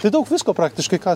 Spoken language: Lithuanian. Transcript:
tai daug visko praktiškai ką